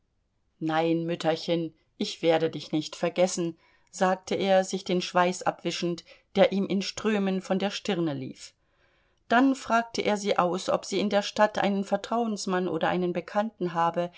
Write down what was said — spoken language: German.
nein mütterchen ich werde dich nicht vergessen sagte er sich den schweiß abwischend der ihm in strömen von der stirne lief dann fragte er sie aus ob sie in der stadt einen vertrauensmann oder einen bekannten habe